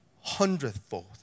hundredfold